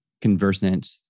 conversant